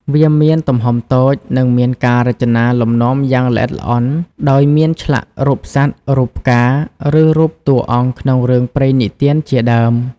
វាមានទំហំតូច និងមានការរចនាលំនាំយ៉ាងល្អិតល្អន់ ដោយមានឆ្លាក់រូបសត្វ រូបផ្កា ឬរូបតួអង្គក្នុងរឿងព្រេងនិទានជាដើម។